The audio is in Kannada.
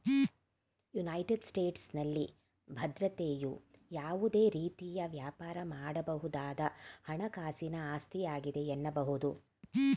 ಯುನೈಟೆಡ್ ಸ್ಟೇಟಸ್ನಲ್ಲಿ ಭದ್ರತೆಯು ಯಾವುದೇ ರೀತಿಯ ವ್ಯಾಪಾರ ಮಾಡಬಹುದಾದ ಹಣಕಾಸಿನ ಆಸ್ತಿಯಾಗಿದೆ ಎನ್ನಬಹುದು